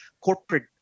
corporate